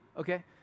Okay